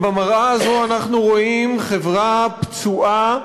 במראה הזאת אנחנו רואים חברה פצועה,